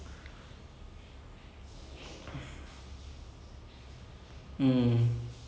ya I heard about it but then I'm not that interested in எனக்கும்:enakkum don't know what it's about